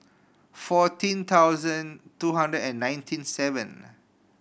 fourteen thousand two hundred and ninety seven